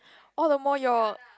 all the more your